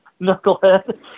Knucklehead